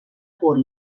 curt